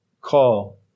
call